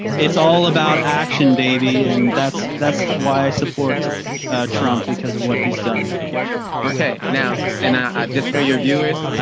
it's all about action, baby. and that's, that's why i support trump because of what he's done okay, now, and i just for your viewers,